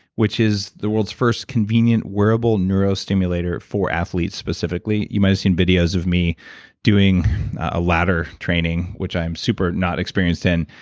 which is the world's first convenient wearable neurostimulator for athletes specifically. you might have seen videos of me doing ah ladder training, which i'm super not experienced in,